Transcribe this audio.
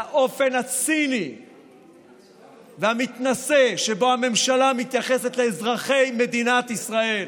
לאופן הציני והמתנשא שבו הממשלה מתייחסת לאזרחי מדינת ישראל.